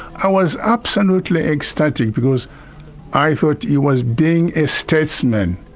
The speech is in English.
i was absolutely ecstatic because i thought he was being a statesman,